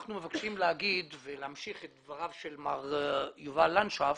אנחנו מבקשים לומר ולהמשיך את דבריו של דוקטור יובל לנדשפט.